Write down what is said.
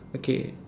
okay